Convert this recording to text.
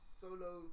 solo